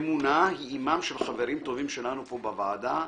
אמונה היא אימם של חברים טובים שלנו פה בוועדה,